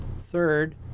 Third